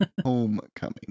homecoming